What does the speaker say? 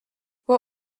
what